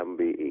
MBE